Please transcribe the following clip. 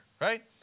right